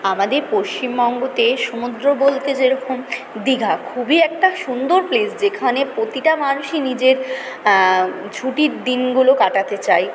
আমাদের পশ্চিমবঙ্গতে সমুদ্র বলতে যেরকম দিঘা খুবই একটা সুন্দর প্লেস যেখানে প্রতিটা মানুষই নিজের ছুটির দিনগুলো কাটাতে চায়